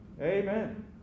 Amen